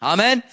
Amen